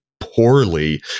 poorly